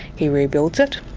he rebuilds it.